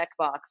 checkbox